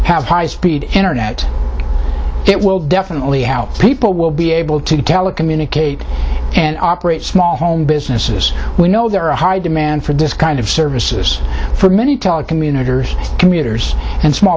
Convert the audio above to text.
have high speed internet it will definitely help people will be able to communicate and operate small businesses we know there are a high demand for this kind of services for many telecommuters commuters and small